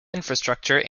infrastructure